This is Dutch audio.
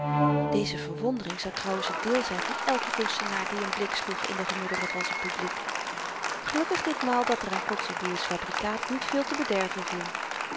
deze verwondering zou trouwens het deel zyn van èlken kunstenaar die n blik sloeg in de gemoederen van z'n publiek gelukkig ditmaal dat er aan kotzebue's fabrikaat niet veel te bederven viel